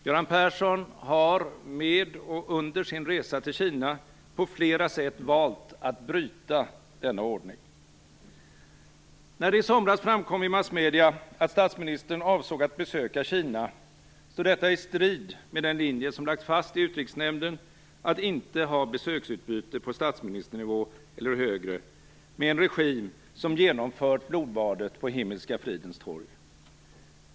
Göran Persson har med och under sin resa till Kina på flera sätt valt att bryta denna ordning. När det i somras framkom i massmedier att statsministern avsåg att besöka Kina, stod detta i strid med den linje som lagts fast i utrikesnämnden att inte ha besöksutbyte på statsministernivå eller högre med en regim som genomfört blodbadet på Himmelska fridens torg.